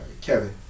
Kevin